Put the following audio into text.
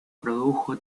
produjo